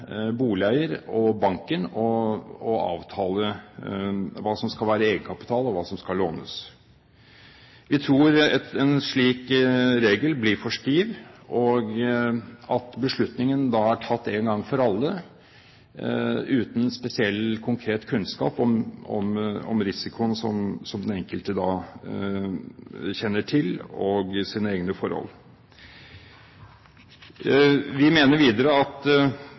boligeier og banken å avtale hva som skal være egenkapital, og hva som skal lånes. Vi tror en slik regel blir for stiv, og at beslutningen da er tatt én gang for alle, uten spesiell konkret kunnskap om risikoen og egne forhold som den enkelte kjenner til. Vi mener videre at